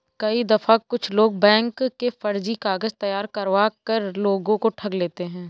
कई दफा कुछ लोग बैंक के फर्जी कागज तैयार करवा कर लोगों को ठग लेते हैं